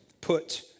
Put